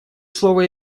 слово